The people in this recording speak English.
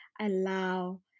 allow